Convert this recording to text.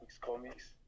Comics